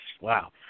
wow